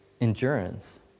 endurance